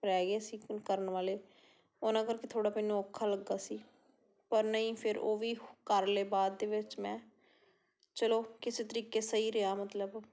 ਰਹਿ ਗਏ ਸੀ ਕੁਨ ਕਰਨ ਵਾਲੇ ਉਹਨਾਂ ਕਰਕੇ ਥੋੜ੍ਹਾ ਮੈਨੂੰ ਔਖਾ ਲੱਗਾ ਸੀ ਪਰ ਨਹੀਂ ਫਿਰ ਉਹ ਵੀ ਕਰ ਲਏ ਬਾਅਦ ਦੇ ਵਿੱਚ ਮੈਂ ਚਲੋ ਕਿਸੇ ਤਰੀਕੇ ਸਹੀ ਰਿਹਾ ਮਤਲਬ